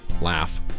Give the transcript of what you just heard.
laugh